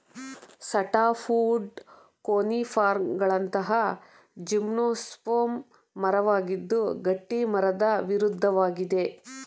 softwood ಕೋನಿಫರ್ಗಳಂತಹ gymnosperm ಮರವಾಗಿದ್ದು ಗಟ್ಟಿಮರದ ವಿರುದ್ಧವಾಗಿದೆ